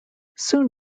soon